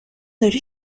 داری